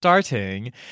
Starting